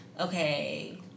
okay